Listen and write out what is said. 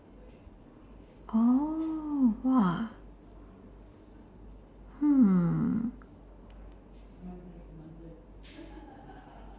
oh !wah! hmm